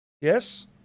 Yes